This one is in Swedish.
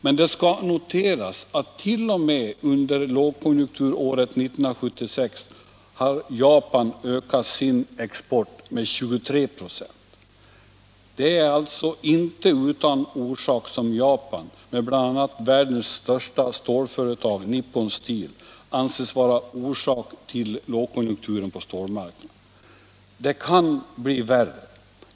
Men det skall noteras att t.o.m. under lågkonjunkturåret 1976 har Japan ökat sin export med 23 96. Det är alltså inte utan orsak som Japan, med bl.a. världens största stålföretag Nippon Steel, anses vara orsak till lågkonjunkturen på stålmarknaden. Det kan bli värre.